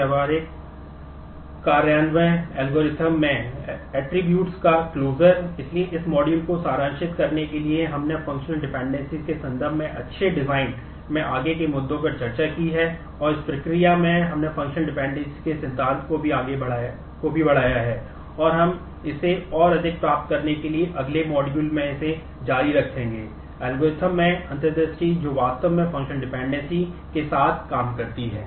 वे इस क्लोजर के साथ काम करती है